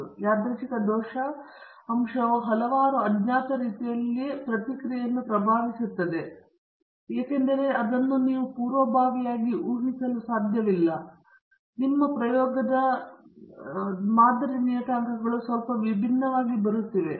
ಆದ್ದರಿಂದ ಯಾದೃಚ್ಛಿಕ ದೋಷ ಅಂಶವು ಹಲವಾರು ಅಜ್ಞಾತ ರೀತಿಯಲ್ಲಿ ಪ್ರತಿಕ್ರಿಯೆಯನ್ನು ಪ್ರಭಾವಿಸುತ್ತದೆ ಏಕೆಂದರೆ ಅದು ನೀವು ಪೂರ್ವಭಾವಿಯಾಗಿ ಊಹಿಸಲು ಸಾಧ್ಯವಿಲ್ಲ ಮತ್ತು ಇದರಿಂದಾಗಿ ನಿಮ್ಮ ಪ್ರಯೋಗದ ಪ್ರತಿ ಬಾರಿ ನಿಮ್ಮ ಮಾದರಿ ನಿಯತಾಂಕಗಳು ಸ್ವಲ್ಪ ವಿಭಿನ್ನವಾಗಿ ಬರುತ್ತಿವೆ